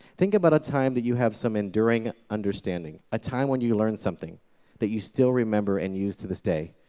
think about a time that you have some enduring understanding, a time when you learned something that you still remember and you use to this day,